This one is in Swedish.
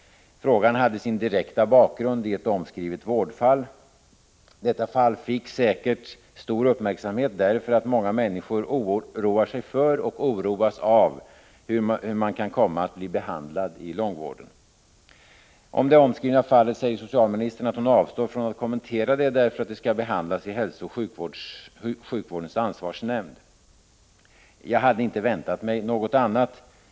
Frågan hade sin direkta bakgrund i ett omskrivet vårdfall. Detta fall fick säkert stor uppmärksamhet därför att många människor oroar sig för och oroas av hur man kan komma att bli behandlad i långvården. Om det omskrivna fallet säger socialministern att hon avstår att kommentera det därför att det skall behandlas av hälsooch sjukvårdens ansvarsnämnd. Jag hade inte väntat mig något annat.